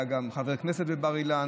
היה גם חבר כנסת בבר אילן,